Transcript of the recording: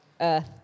earth